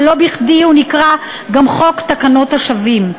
ולא בכדי הוא נקרא גם חוק תקנת השבים.